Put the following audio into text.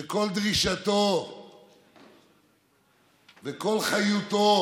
שכל דרישתו וכל חיותו